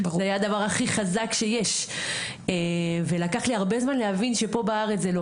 זה היה הדבר הכי חזק שיש ולקח לי הרבה זמן להבין שפה בארץ זה לא